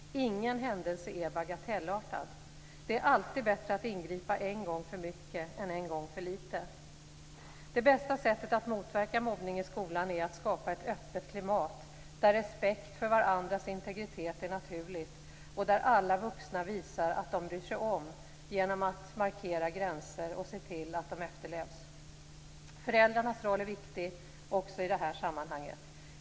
Ingen händelse är bagatellartad. Det är alltid bättre att ingripa en gång för mycket än en gång för litet. Det bästa sättet att motverka mobbning i skolan är att skapa ett öppet klimat där respekt för varandras integritet är naturlig och där alla vuxna visar att de bryr sig om genom att markera gränser och se till att de efterlevs. Föräldrarnas roll är viktig också i det här sammanhanget.